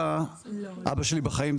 ואבא שלי בחיים,